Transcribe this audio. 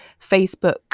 Facebook